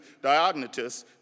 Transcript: Diognetus